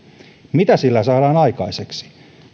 mitä sillä saadaan aikaiseksi